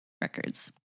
records